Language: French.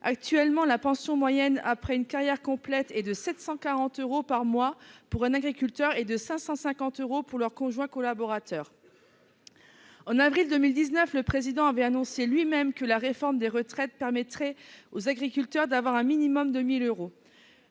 Actuellement, la pension moyenne après une carrière complète est de 740 euros par mois pour un agriculteur et de 550 euros pour leur conjoint collaborateur. En avril 2019, le Président de la République avait annoncé lui-même que la réforme des retraites permettrait aux agriculteurs d'avoir un minimum de 1 000 euros.